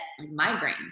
migraines